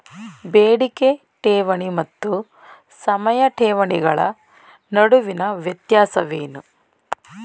ಬೇಡಿಕೆ ಠೇವಣಿ ಮತ್ತು ಸಮಯ ಠೇವಣಿಗಳ ನಡುವಿನ ವ್ಯತ್ಯಾಸವೇನು?